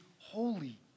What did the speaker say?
holy